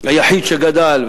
הוא היחיד שגדל,